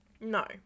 No